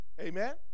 Amen